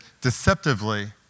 deceptively